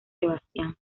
sebastián